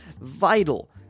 vital